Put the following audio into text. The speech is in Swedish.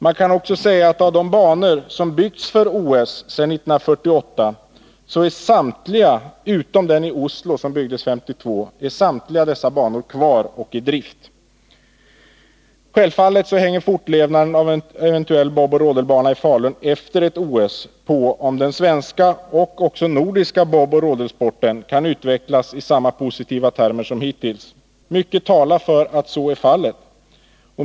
Man kan också säga att av de banor som byggts för OS sedan 1948 är samtliga utom den som byggdes i Oslo 1952 kvar och i drift. Självfallet hänger fortlevnaden av en eventuell boboch rodelbana i Falun efter ett OS på om den svenska och nordiska boboch rodelsporten kan utvecklas i samma positiva riktning som hittills. Mycket talar för att så blir fallet.